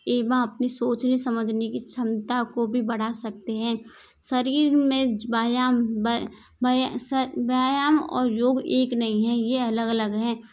एवम अपनी सोचने समझने की क्षमता को भी बढ़ा सकते हैं शरीर में व्यायाम व्यायाम और योग एक नहीं हैं ये अलग अलग हैं